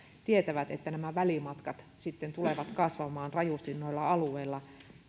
tietävät että nämä välimatkat sitten tulevat kasvamaan rajusti noilla alueilla